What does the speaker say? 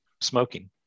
smoking